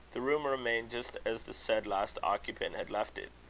the room remained just as the said last occupant had left it.